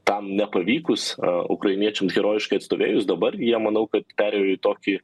tam nepavykus ukrainiečiams herojiškai atstovėjus dabar jie manau kad perėjo į tokį